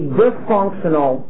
dysfunctional